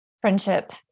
friendship